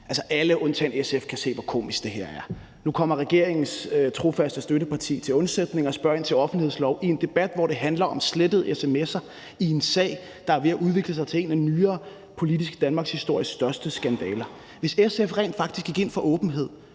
alle undtagen SF kan se, hvor komisk det her er. Nu kommer regeringens trofaste støtteparti til undsætning og spørger ind til offentlighedsloven i en debat, hvor det handler om slettede sms'er i en sag, der er ved at udvikle sig til en af nyere politisk danmarkshistories største skandaler. Hvis SF rent faktisk gik ind for åbenhed,